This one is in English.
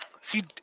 see